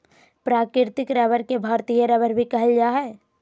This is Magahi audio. प्राकृतिक रबर के भारतीय रबर भी कहल जा हइ